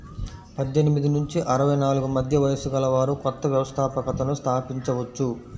పద్దెనిమిది నుంచి అరవై నాలుగు మధ్య వయస్సు గలవారు కొత్త వ్యవస్థాపకతను స్థాపించవచ్చు